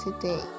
today